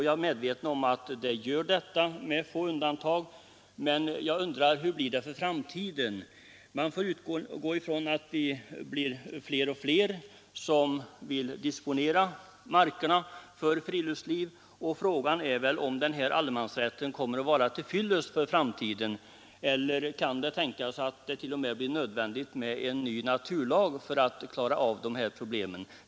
Jag är medveten om att det är så med få undantag. Men hur blir det i framtiden? Man får utgå ifrån att vi blir fler och fler som vill disponera markerna för friluftsliv, och frågan är om allemansrätten kommer att vara till fyllest i framtiden, eller om det kan tänkas bli nödvändigt med en ny naturvårdslag för att reglera dessa problem.